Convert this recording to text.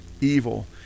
evil